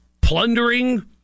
plundering